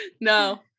No